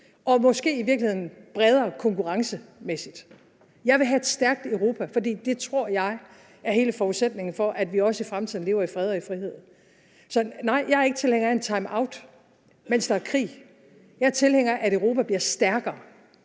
og måske i virkeligheden også i bredere forstand konkurrencemæssigt. Jeg vil have et stærkt Europa, for det tror jeg er hele forudsætningen for, at vi også i fremtiden lever i fred og i frihed. Så nej, jeg er ikke tilhænger af en timeout, mens der er krig. Jeg er tilhænger af, at Europa bliver stærkere,